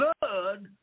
blood